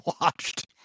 watched